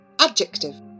Adjective